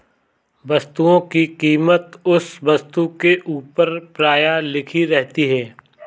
वस्तुओं की कीमत उस वस्तु के ऊपर प्रायः लिखी रहती है